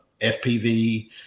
FPV